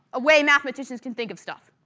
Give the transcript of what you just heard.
a way mathematicians can think of stuff.